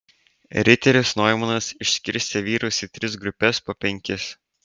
riteris noimanas išskirstė vyrus į tris grupes po penkis